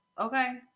Okay